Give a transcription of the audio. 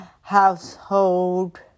household